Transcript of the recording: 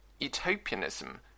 Utopianism